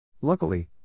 Luckily